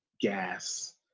gas